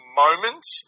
moments